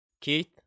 Keith